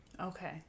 Okay